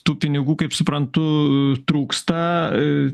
tų pinigų kaip suprantu trūksta